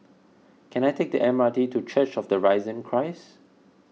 can I take the M R T to Church of the Risen Christ